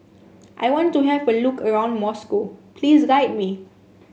I want to have a look around Moscow please guide me